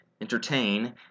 entertain